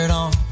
on